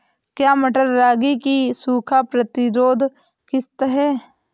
क्या मटर रागी की सूखा प्रतिरोध किश्त है?